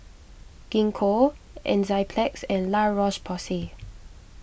Gingko Enzyplex and La Roche Porsay